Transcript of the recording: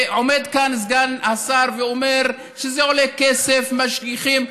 עומד כאן סגן השר ואומר שזה עולה כסף, משגיחים.